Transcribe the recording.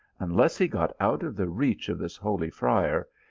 unless he got out of the reach of this holy friar,